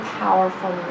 powerful